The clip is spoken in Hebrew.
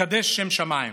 לקדש שם שמיים.